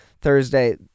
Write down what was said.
Thursday